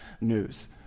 news